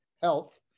Health